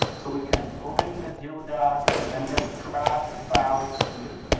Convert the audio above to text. so we can open the geoda and just drag the file here.